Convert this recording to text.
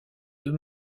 deux